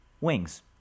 Wings